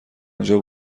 آنجا